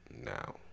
now